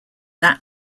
that